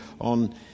on